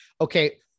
okay